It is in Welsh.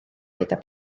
gyda